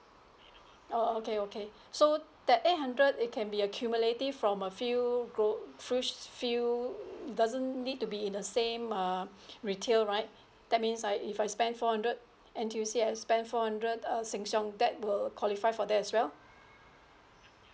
orh okay okay so that eight hundred it can be accumulative from a few row few few it doesn't need to be in the same uh retail right that means I if I spend four hundred N_T_U_C I spend four hundred uh Sheng Siong that will qualify for that as well